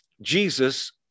Jesus